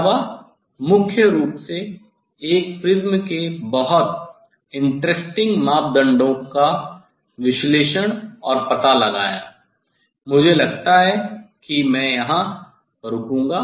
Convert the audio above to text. इसके अलावा मुख्य रूप से एक प्रिज्म के बहुत दिलचस्प मापदंडों का विश्लेषण और पता लगाना है मुझे लगता है कि मैं यहां रुकूंगा